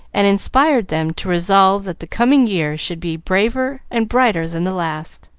and inspired them to resolve that the coming year should be braver and brighter than the last.